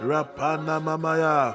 Rapanamamaya